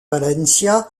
valencia